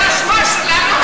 זו האשמה שלנו?